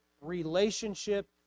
relationship